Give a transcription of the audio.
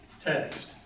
text